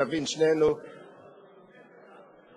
והשתמשו לבין מי שהפקיעו ממנו ומחזירים לו,